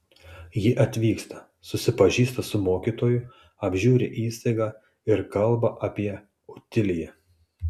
ji atvyksta susipažįsta su mokytoju apžiūri įstaigą ir kalba apie otiliją